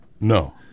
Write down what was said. No